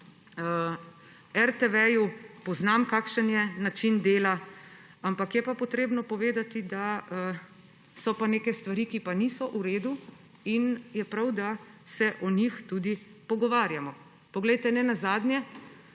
RTV, poznam, kakšen je način dela, ampak je pa potrebno povedati, da pa so neke stvari, ki pa niso v redu, in je prav, da se o njih tudi pogovarjamo. Poglejte, nenazadnje